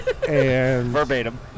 Verbatim